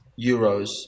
Euros